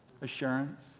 Assurance